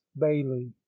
bailey